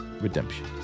redemption